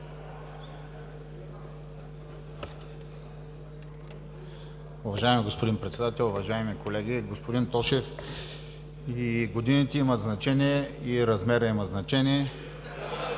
Уважаеми господин Председател, уважаеми колеги! Господин Тошев, и годините имат значение, и размерът има значение.